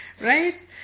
Right